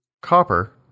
copper